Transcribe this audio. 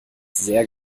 sehr